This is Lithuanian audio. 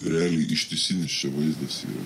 realiai ištisinis čia vaizdas yra